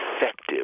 effective